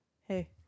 hey